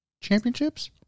championships